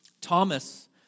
Thomas